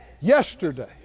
Yesterday